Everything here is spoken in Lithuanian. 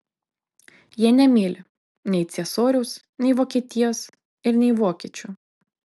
jie nemyli nei ciesoriaus nei vokietijos ir nei vokiečių